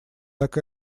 так